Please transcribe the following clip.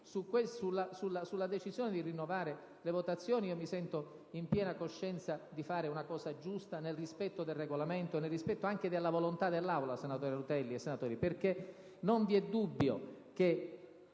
Sulla decisione di rinnovare le votazioni, io mi sento, in piena coscienza, di fare una cosa giusta nel rispetto del Regolamento e anche della volontà dell'Aula, senatore Rutelli e colleghi senatori. Non vi è dubbio,